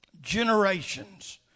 generations